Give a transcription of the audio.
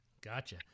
Gotcha